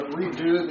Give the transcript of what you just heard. redo